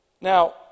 Now